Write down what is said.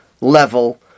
level